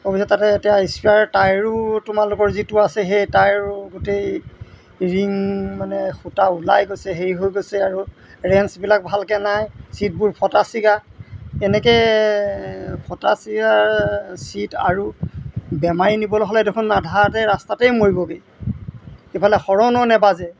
অৱশ্যে তাতে এতিয়া স্পেয়াৰ টায়াৰো তোমালোকৰ যিটো আছে সেই টায়াৰো গোটেই ৰিং মানে সূতা ওলাই গৈছে হেৰি হৈ গৈছে আৰু ৰেঞ্চবিলাক ভালকৈ নাই ছিটবোৰ ফটা চিগা এনেকৈ ফটা চিগা চিট আৰু বেমাৰী নিবলৈ হ'লে দেখোন আধাতে ৰাস্তাতেই মৰিবগৈ এইফালে হৰ্ণো নাবাজে